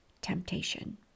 temptation